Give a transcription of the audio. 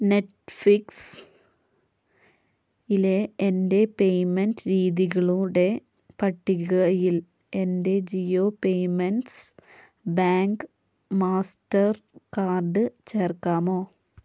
നെറ്റ്ഫ്ലിക്സിലെ എൻ്റെ പേയ്മെൻറ്റ് രീതികളുടെ പട്ടികയിൽ എൻ്റെ Jio payments bank Mastercard ചേർക്കാമോ